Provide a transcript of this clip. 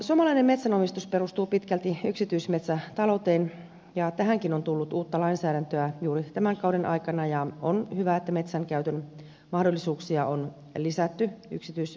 suomalainen metsänomistus perustuu pitkälti yksityismetsätalouteen ja tähänkin on tullut uutta lainsäädäntöä juuri tämän kauden aikana ja on hyvä että metsän käytön mahdollisuuksia on lisätty yksityismetsänomistajille